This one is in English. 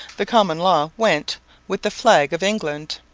the common law went with the flag of england.